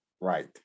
Right